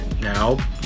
Now